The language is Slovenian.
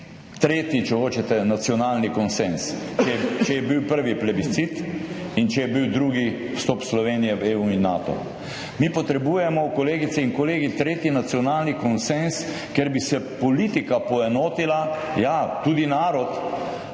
tretji, če hočete, nacionalni konsenz, če je bil prvi plebiscit in če je bil drugi vstop Slovenije v EU in Nato. Mi potrebujemo, kolegice in kolegi, tretji nacionalni konsenz, kjer bi se politika poenotila, ja, tudi narod,